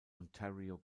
ontario